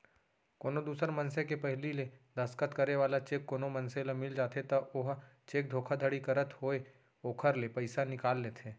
कोनो दूसर मनसे के पहिली ले दस्खत करे वाला चेक कोनो मनसे ल मिल जाथे त ओहा चेक धोखाघड़ी करत होय ओखर ले पइसा निकाल लेथे